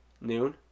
Noon